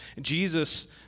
Jesus